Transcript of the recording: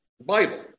Bible